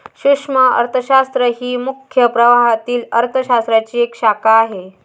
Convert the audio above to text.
सूक्ष्म अर्थशास्त्र ही मुख्य प्रवाहातील अर्थ शास्त्राची एक शाखा आहे